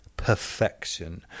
perfection